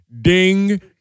ding